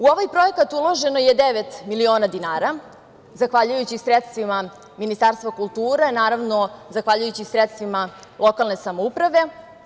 U ovaj projekat uloženo je devet miliona dinara, zahvaljujući sredstvima Ministarstva kulture, zahvaljujući sredstvima lokalne samouprave.